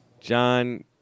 John